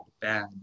bad